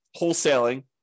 wholesaling